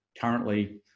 Currently